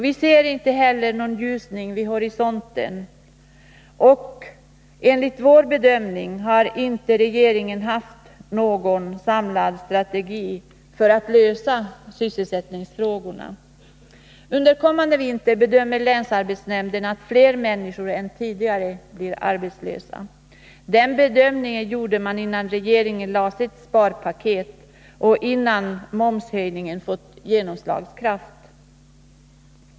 Vi ser inte heller någon ljusning vid horisonten, och enligt vår bedömning har regeringen inte haft någon samlad strategi för att lösa sysselsättningsfrågorna. Under kommande vinter bedömer länsarbetsnämnden att fler människor än tidigare blir arbetslösa. Den bedömningen gjorde man innan regeringen lade fram sitt sparpaket och innan momshöjningen fått genomslagskraft.